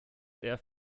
für